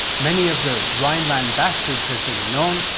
many of the rhineland bastards as they were known,